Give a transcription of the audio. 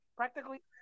Practically